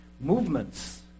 Movements